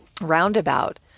roundabout